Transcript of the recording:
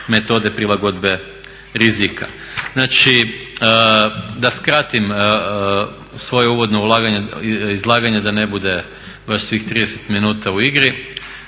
metode prilagodbe rizika. Znači da skratim svoje uvodno izlaganje da ne bude baš svih 30 minuta u igri,